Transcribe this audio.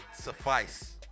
suffice